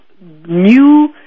new